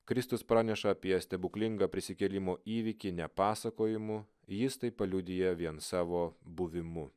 kristus praneša apie stebuklingą prisikėlimo įvykį ne pasakojimu jis tai paliudija vien savo buvimu